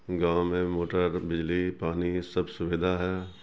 گاؤں میں موٹر بجلی پانی سب سویدھا ہے